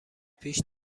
پیش